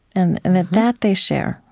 and and that that they share.